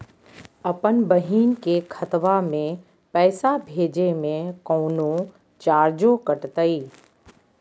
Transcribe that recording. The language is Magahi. अपन बहिन के खतवा में पैसा भेजे में कौनो चार्जो कटतई?